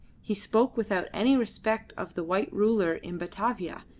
he spoke without any respect of the white ruler in batavia,